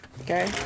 okay